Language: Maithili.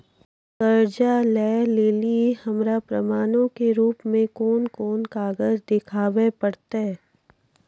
कर्जा लै लेली हमरा प्रमाणो के रूपो मे कोन कोन कागज देखाबै पड़तै?